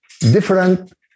different